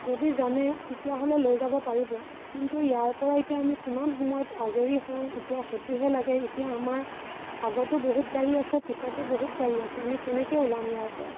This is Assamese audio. যদি জানে তেতিয়াহ'লে লৈ যাব পাৰিব কিন্তু ইয়াৰ পৰা এতিয়া আমি কিমান সময়ত আজৰি হওঁ এতিয়া সেইটোহে লাগে এতিয়া আমাৰ আগতো বহুত গাড়ী আছে পিছতো বহুত গাড়ী আছে আমি কেনেকৈ ওলাম ইয়াৰ পৰা